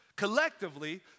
Collectively